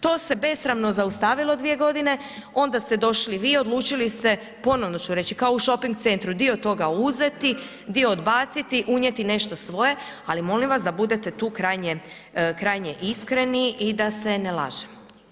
To se besramno zaustavilo 2 godine, onda ste došli vi, odlučili ste, ponovno ću reći kao u shopping centru dio toga uzeti, dio odbaciti, unijeti nešto svoje, ali molim vas da budete tu krajnje, krajnje iskreni i da se ne laže.